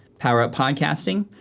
power-up podcasting.